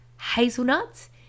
hazelnuts